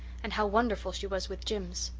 and how wonderful she was with jims.